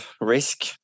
risk